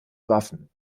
waffen